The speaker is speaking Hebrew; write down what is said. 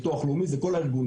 ביטוח לאומי, זה כל הארגונים.